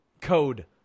code